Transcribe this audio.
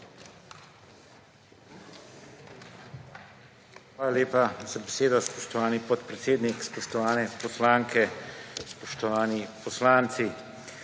Hvala lepa za besedo, spoštovani podpredsednik. Spoštovane poslanke, spoštovani poslanci!